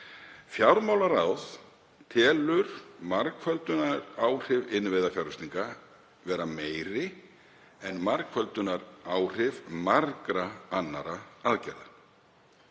Fjármálaráð telur margföldunaráhrif innviðafjárfestinga vera meiri en margföldunaráhrif margra annarra aðgerða.